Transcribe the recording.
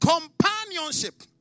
Companionship